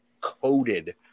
coated